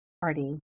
party